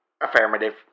Affirmative